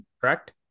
Correct